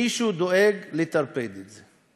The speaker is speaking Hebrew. מישהו דואג לטרפד את זה.